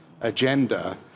agenda